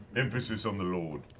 emphasis on the lord.